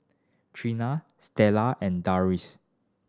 Trina Stella and Darrius